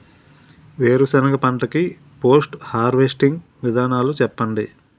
వేరుసెనగ పంట కి పోస్ట్ హార్వెస్టింగ్ విధానాలు చెప్పండీ?